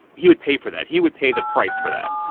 he would pay for that. he would pay the price for that.